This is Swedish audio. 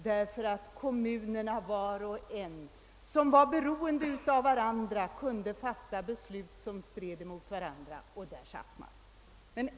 Var och en av kommunerna — som var beroende av varandra — kunde fatta motstridiga beslut, och där satt man.